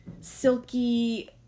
silky